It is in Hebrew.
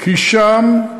כי שם,